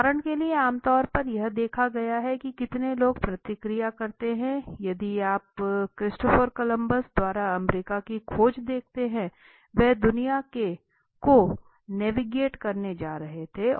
उदाहरण के लिए आम तौर पर यह देखा गया है कि कितने लोग प्रतिक्रिया करते हैं यदि आप क्रिस्टोफर कोलंबस द्वारा अमेरिका की खोज देखते हैं वह दुनिया को नेविगेट करने जा रहा था